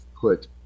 put